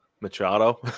Machado